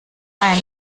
ein